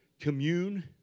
commune